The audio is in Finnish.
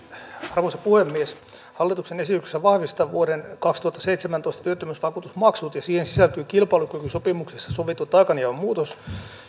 arvoisa puhemies hallituksen esityksessä vahvistetaan vuoden kaksituhattaseitsemäntoista työttömyysvakuutusmaksut ja siihen sisältyy kilpailukykysopimuksessa sovittu taakanjaon muutos